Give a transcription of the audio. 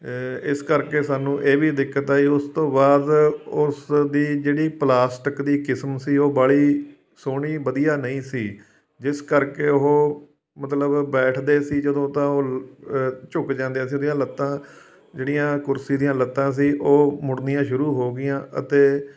ਇਸ ਕਰਕੇ ਸਾਨੂੰ ਇਹ ਵੀ ਦਿੱਕਤ ਆਈ ਉਸ ਤੋਂ ਬਾਅਦ ਉਸ ਦੀ ਜਿਹੜੀ ਪਲਾਸਟਿਕ ਦੀ ਕਿਸਮ ਸੀ ਉਹ ਬਾਹਲੀ ਸੋਹਣੀ ਵਧੀਆ ਨਹੀਂ ਸੀ ਜਿਸ ਕਰਕੇ ਉਹ ਮਤਲਬ ਬੈਠਦੇ ਸੀ ਜਦੋਂ ਤਾਂ ਉਹ ਝੁਕ ਜਾਂਦੀਆਂ ਸੀ ਉਹਦੀਆਂ ਲੱਤਾਂ ਜਿਹੜੀਆਂ ਕੁਰਸੀ ਦੀਆਂ ਲੱਤਾਂ ਸੀ ਉਹ ਮੁੜਨੀਆਂ ਸ਼ੁਰੂ ਹੋ ਗਈਆਂ ਅਤੇ